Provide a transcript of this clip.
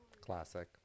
classic